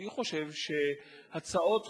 אני חושב שהצעות חוק,